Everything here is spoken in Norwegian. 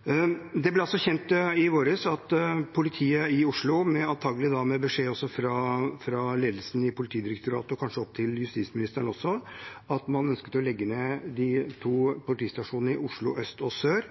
Det ble altså kjent i vår at politiet i Oslo, antakelig etter beskjed fra ledelsen i Politidirektoratet og kanskje også opp til justisministeren, ønsket å legge ned de to politistasjonene i Oslo øst og sør.